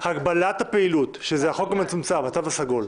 הגבלת הפעילות, שזה החוק המצומצם, התו הסגול.